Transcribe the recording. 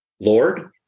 Lord